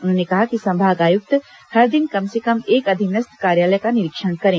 उन्होंने कहा कि संभाग आयुक्त हर दिन कम से कम एक अधीनस्थ कार्यालय का निरीक्षण करें